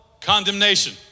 condemnation